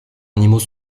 animaux